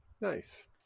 Nice